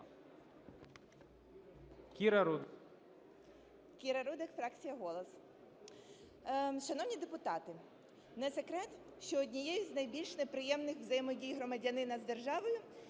Кіра Рудик, фракція "Голос". Шановні депутати, не секрет, що однією з найбільш неприємних взаємодій громадянина з державою є